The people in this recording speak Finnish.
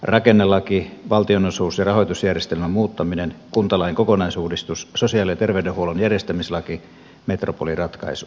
rakennelaki valtionosuus ja rahoitusjärjestelmän muuttaminen kuntalain kokonaisuudistus sosiaali ja terveydenhuollon järjestämislaki metropoliratkaisu